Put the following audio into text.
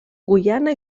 guyana